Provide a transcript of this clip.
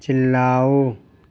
چلاؤ